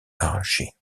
arrachés